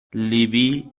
لیبی